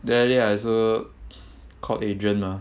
the other day I also called adrain mah